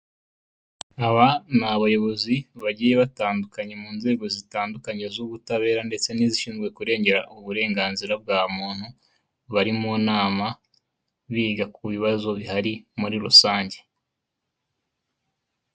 Aba ni abayobozi bagiye batandukanye mu nzego zitandukanye z'ubutabera ndetse n'izishinzwe kurengera uburenganzira bwa muntu, bari mu nama biga ku bibazo bihari muri rusange.